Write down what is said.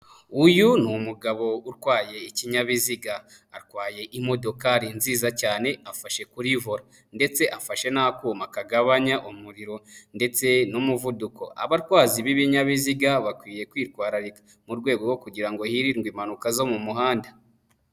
Uyu ni umugabo utwaye ikinyabiziga, atwaye imodokari nziza cyane afashe kuri vora ndetse afashe n'akuma kagabanya umuriro ndetse n'umuvuduko, abatwazi b'ibinyabiziga bakwiye kwitwararika mu rwego rwo kugira ngo hirindwe impanuka zo mu muhanda.